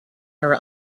her